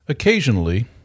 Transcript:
Occasionally